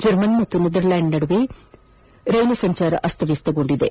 German ಮತ್ತು Netherland ನಡುವೆ rail ಸಂಚಾರ ಅಸ್ತವ್ಯಸ್ತಗೊಂಡಿವೆ